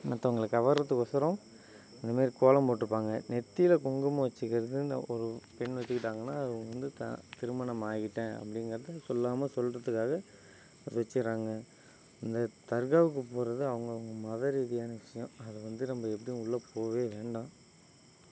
மற்றவங்கள கவர்வதுக்கோசரம் அந்தமாதிரி கோலம் போட்டுருப்பாங்க நெற்றியில குங்குமம் வச்சுக்கறது ஒரு பெண் வச்சுக்கிட்டாங்கன்னால் அவங்க வந்து த திருமணம் ஆகிட்டேன் அப்படிங்கிறத சொல்லாமல் சொல்கிறதுக்காக வச்சிகிறாங்க இந்த தர்காவுக்கு போகிறது அவங்கவங்க மதரீதியான விஷயம் அதை வந்து நம்ம எப்படியும் உள்ளே போகவே வேண்டாம்